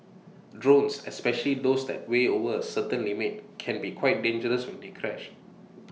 drones especially those that weigh over A certain limit can be quite dangerous when they crash